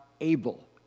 able